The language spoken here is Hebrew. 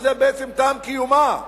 שהיא בעצם טעם קיומה.